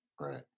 right